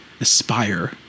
aspire